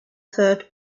third